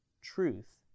truth